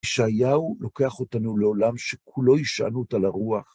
ישעיהו לוקח אותנו לעולם שכולו השענות על רוח.